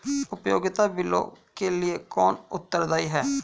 उपयोगिता बिलों के लिए कौन उत्तरदायी है?